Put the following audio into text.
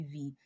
TV